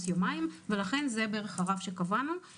יומיים ולכן זה בערך הרף שקבענו.